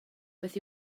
beth